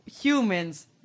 Humans